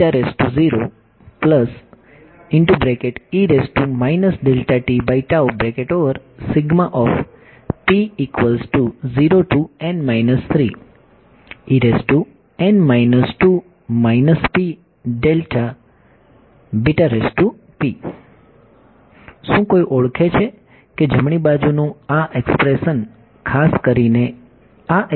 શું કોઈ ઓળખે છે કે જમણી બાજુનું આ એક્સપ્રેશન ખાસ કરીને આ એક્સપ્રેશન જેવું દેખાય છે